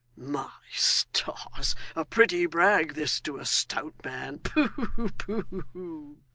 my stars a pretty brag this to a stout man pooh, pooh